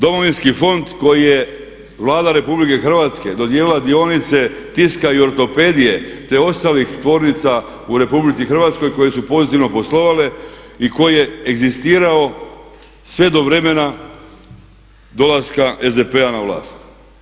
Domovinski fond koji je Vlada Republike Hrvatske dodijelila dionice Tiska i Ortopedije te ostalih tvornica u RH koje su pozitivno poslovale i koje egzistirao sve do vremena dolaska SDP-a na vlast.